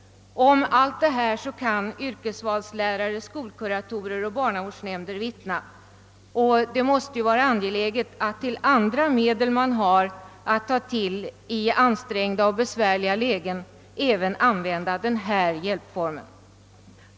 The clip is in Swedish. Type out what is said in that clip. Om allt detta kan yrkesvalslärare, skolkuratorer och barnavårdsnämnder vittna. Det måste vara angeläget att till de andra medel man har att ta till i ansträngda och besvärliga lägen även kunna lägga denna hjälpform.